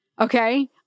Okay